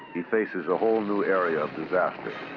he faces a whole new area of disaster.